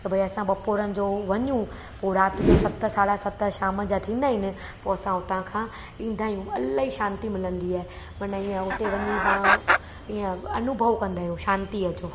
की भई असां बपोरनि जो वञूं पोइ राति जो सत साढा सत शाम जा थींदा आहिनि पोइ असां हुतां खां ईंदा आहियूं इलाही शांती मिलंदी आहे माना ईअं उते वञी मां ईअं अनुभव कंदा आहियूं शांतीअ जो